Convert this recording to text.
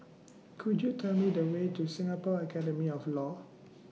Could YOU Tell Me The Way to Singapore Academy of law